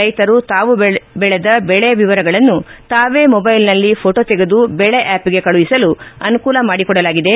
ರೈತರು ತಾವು ಬೆಳೆದ ಬೆಳೆ ವಿವರಗಳನ್ನು ತಾವೇ ಮೊದ್ಟೆಲ್ನಲ್ಲಿ ಹೊಟೋ ತೆಗೆದು ಬಿಳೆ ಆಪ್ಗೆ ಕಳುಹಿಸಲು ಅನುಕೂಲ ಮಾಡಿಕೊಡಲಾಗಿದೆ